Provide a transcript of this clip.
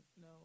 no